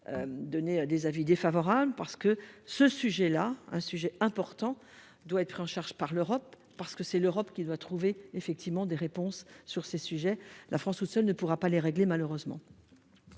donner des avis défavorables, parce que ce sujet là un sujet important doit être pris en charge par l'Europe, parce que c'est l'Europe qui doit trouver effectivement des réponses sur ces sujets, la France tout seule ne pourra pas les régler malheureusement.